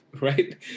right